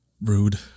Rude